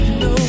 no